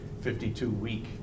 52-week